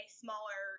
smaller